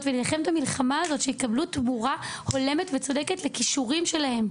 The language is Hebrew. ולהילחם את המלחמה הזאת שהם יקבלו תמורה הולמת וצודקת לכישורים שלהם,